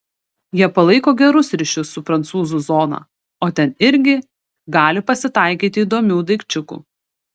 jie palaiko gerus ryšius su prancūzų zona o ten irgi gali pasitaikyti įdomių daikčiukų